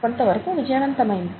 కొంతవరకు విజయవంతమైంది